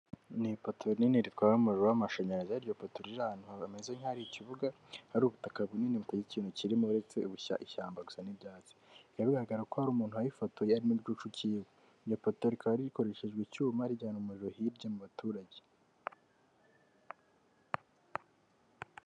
Ni ipoto rinini ritwara umuriro w'amashanyarazi, aho iryo poto riri ahantu hameze nk'aho hari ikibuga, hari ubutaka bunini budafite ikintu kirimo, uretse gusa ishyamba gusa n'ibyatsi, bikaba bigaragara ko hari umuntu warifotoye, harimo igicucu cyiwe, iryo poto rikaba rikoreshejwe, icyuma rijyana umuriro hirya mu baturage.